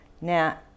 Now